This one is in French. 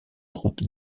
groupe